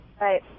Right